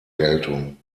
geltung